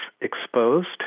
exposed